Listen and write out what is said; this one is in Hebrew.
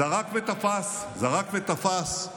זרק ותפס, זרק ותפס.